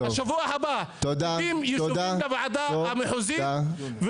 בשבוע הבא 20 יישובים לוועדה המחוזית,